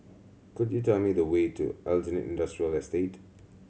could you tell me the way to Aljunied Industrial Estate